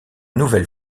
nouvelle